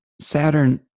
Saturn